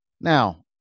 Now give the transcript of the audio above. Now